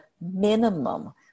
minimum